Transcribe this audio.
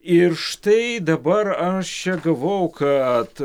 ir štai dabar aš čia gavau kad